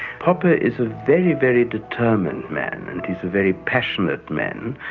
popper is a very, very determined man and he's a very passionate man.